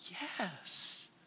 Yes